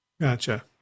Gotcha